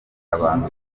abantu